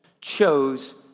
chose